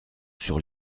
sur